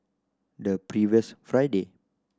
the previous Friday